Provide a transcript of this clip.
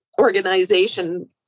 organization